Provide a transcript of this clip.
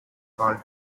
called